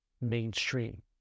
mainstream